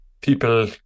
people